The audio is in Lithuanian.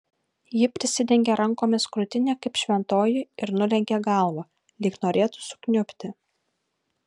ji prisidengė rankomis krūtinę kaip šventoji ir nulenkė galvą lyg norėtų sukniubti